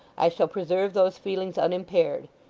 i shall preserve those feelings unimpaired.